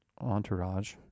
entourage